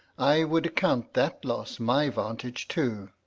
i would accompt that loss my vantage too.